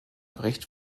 bericht